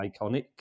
iconic